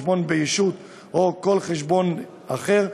חשבון בישות או כל חשבון אחר,